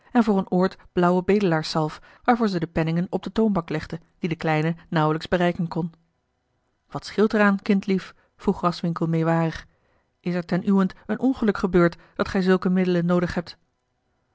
en voor een oort blauwe bedelaarszalf waarvoor zij de penningen op de toonbank legde die de kleine nauwelijks bereiken kon wat scheelt er aan kindlief vroeg graswinckel meêwarig is er ten uwent een ongeluk gebeurd dat gij zulke middelen noodig hebt